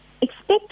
expect